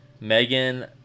Megan